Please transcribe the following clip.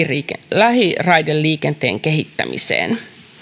lähiraideliikenteen kehittämiseen